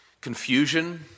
confusion